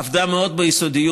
עבדה מאוד ביסודיות.